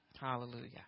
Hallelujah